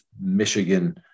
Michigan